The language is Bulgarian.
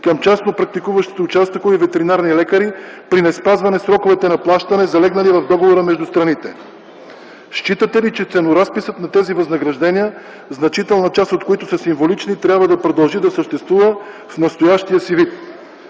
към частно практикуващите участъкови ветеринарни лекари при неспазване сроковете на плащане, залегнали в договора между страните? Считате ли, че ценоразписът на тези възнаграждения, значителна част от които са символични, трябва да продължи да съществува в настоящия си вид?